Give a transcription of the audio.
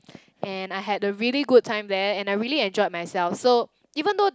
and I had a really good time there and I really enjoyed myself so even though